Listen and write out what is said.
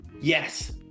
yes